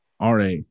RA